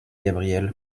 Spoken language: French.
gabrielle